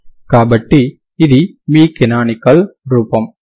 కాబట్టి ఇది మీ కనానికల్ రూపం